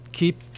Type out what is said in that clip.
Keep